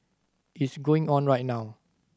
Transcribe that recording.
it's going on right now